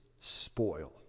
spoil